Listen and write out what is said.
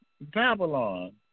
Babylon